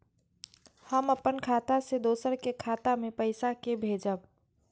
हम अपन खाता से दोसर के खाता मे पैसा के भेजब?